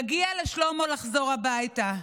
מגיע לשלמה לחזור הביתה.